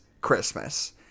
Christmas